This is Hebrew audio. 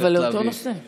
אבל זה אותו נושא.